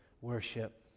worship